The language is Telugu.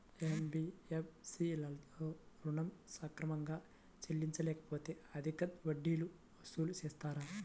ఎన్.బీ.ఎఫ్.సి లలో ఋణం సక్రమంగా చెల్లించలేకపోతె అధిక వడ్డీలు వసూలు చేస్తారా?